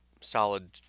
solid